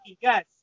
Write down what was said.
Yes